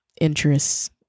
interests